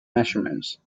measurements